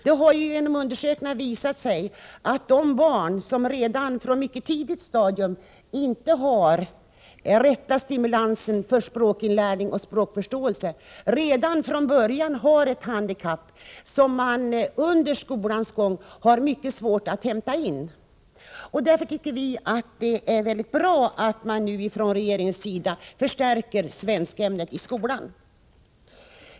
Det har i undersökningar visats att de barn som på ett mycket tidigt stadium inte har den rätta stimulansen för språkinlärning och språkförståelse redan från början har ett handikapp som det under skolans gång är mycket svårt att göra något åt. Därför tycker vi att det är mycket bra att regeringen nu förstärker svenskämnets ställning i skolan.